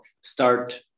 start